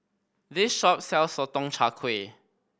this shop sells Sotong Char Kway